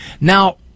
Now